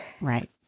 Right